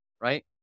right